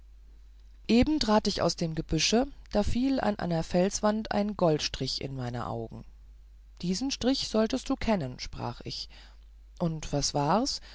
eben trat ich aus dem gebüsche da fiel an einer felswand ein goldstrich in mein auge diesen strich solltest du kennen sprach ich und was war's